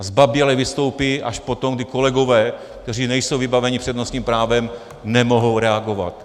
Zbaběle vystoupí až potom, kdy kolegové, kteří nejsou vybaveni přednostním právem, nemohou reagovat.